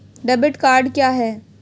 Debit card क्या है?